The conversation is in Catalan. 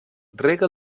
rega